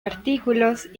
artículos